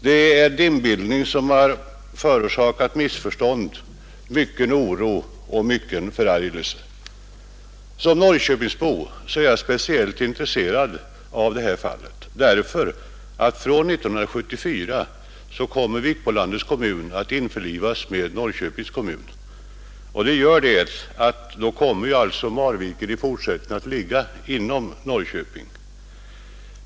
Det är en dimbildning som har förorsakat missförstånd, mycken oro och mycken förargelse. Som norrköpingsbo är jag speciellt intresserad av det här fallet. Från 1974 kommer Vikbolandets kommun att vara införlivad med Norrköpings kommun, och då kommer Marviken att ligga inom Norrköping.